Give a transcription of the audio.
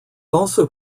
also